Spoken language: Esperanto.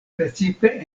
precipe